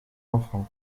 enfant